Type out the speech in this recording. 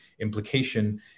implication